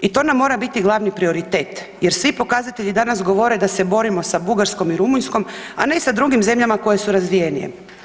i to nam mora biti glavni prioritet jer svi pokazatelji danas govore da se borimo sa Bugarskom i Rumunjskom, a ne sa drugim zemljama koje su razvijenije.